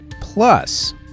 Plus